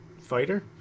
fighter